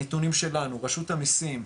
הנתונים שלנו, רשות המיסים,